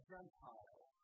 Gentile